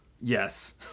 yes